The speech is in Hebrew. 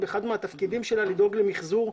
אחד התפקידים שלה הוא לדאוג למחזור,